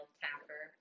tapper